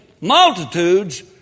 multitudes